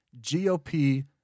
GOP